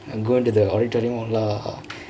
I'm goingk to the auditorium all lah